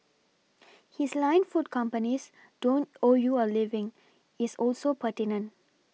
his line food companies don't owe you a living is also pertinent